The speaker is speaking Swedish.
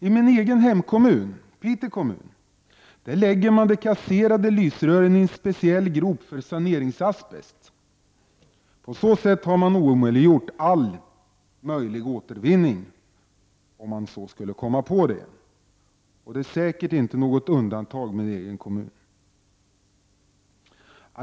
I min egen hemkommun, Piteå kommun, läggs de kasserade lysrören i en speciell grop för saneringsasbest, och på så sätt har all återvinning omöjliggjorts. Det är säkert inte något undantag för min kommun.